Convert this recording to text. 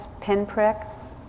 pinpricks